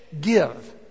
give